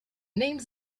names